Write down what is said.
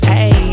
Hey